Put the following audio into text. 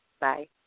Bye